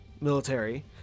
military